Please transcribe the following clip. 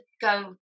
go